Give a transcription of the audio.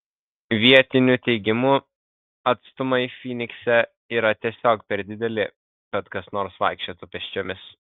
vietinių teigimu atstumai fynikse yra tiesiog per dideli kad kas nors vaikščiotų pėsčiomis